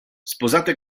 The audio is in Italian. sposata